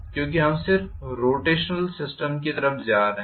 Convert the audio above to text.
क्योंकि हम सिर्फ रोटेशनल सिस्टम की तरफ जा रहे हैं